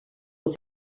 als